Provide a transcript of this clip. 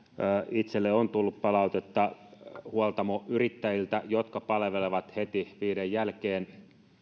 itselleni on tullut palautetta huoltamoyrittäjiltä jotka palvelevat heti viiden jälkeen